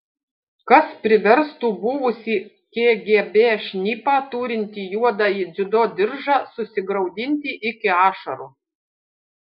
kas priverstų buvusį kgb šnipą turintį juodąjį dziudo diržą susigraudinti iki ašarų